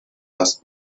erst